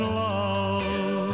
love